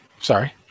Sorry